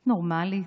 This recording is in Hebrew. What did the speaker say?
את נורמלית?